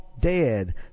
dead